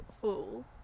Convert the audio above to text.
Fool